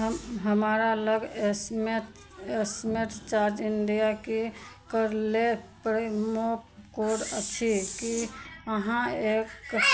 हम हमारा लग एसमे एसमेट चार्ज इंडिया के कर लेल प्रोमो कोड अछि की अहाँ एक